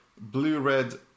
Blue-Red